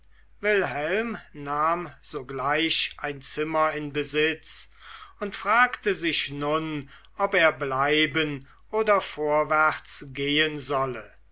wilhelm nahm sogleich ein zimmer in besitz und fragte sich nun ob er bleiben oder vorwärts gehen solle